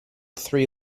three